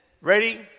Ready